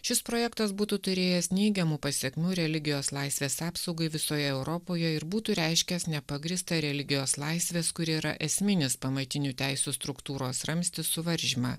šis projektas būtų turėjęs neigiamų pasekmių religijos laisvės apsaugai visoje europoje ir būtų reiškęs nepagrįstą religijos laisvės kuri yra esminis pamatinių teisių struktūros ramstis suvaržymą